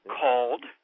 called